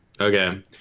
Okay